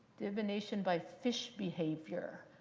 divination by fish behavior.